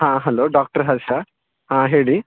ಹಾಂ hello doctor Harsha ಹಾಂ ಹೇಳಿ